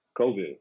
COVID